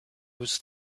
was